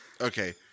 Okay